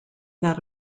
that